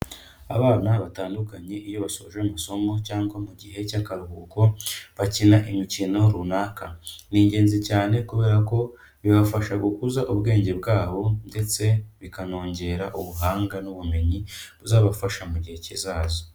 Abana batandukanye iyo bashoje amasomo cyangwa mu gihe cy'akaruhuko bakina imikino runaka, ni ingenzi cyane kubera ko bibafasha gukuza ubwenge bwabo ndetse bikanongera ubuhanga n'ubumenyi buzabafasha mu gihe kizaza.